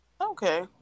Okay